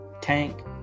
Tank